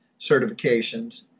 Certifications